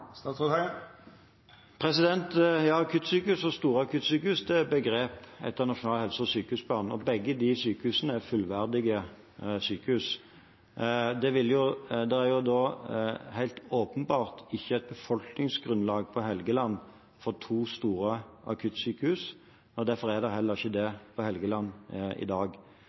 Ja, «akuttsykehus» og «stort akuttsykehus» er begreper etter Nasjonal helse- og sykehusplan, og begge de typene sykehus er fullverdige sykehus. Det er helt åpenbart ikke et befolkningsgrunnlag på Helgeland for to store akuttsykehus, og derfor er det heller ikke det på Helgeland i dag.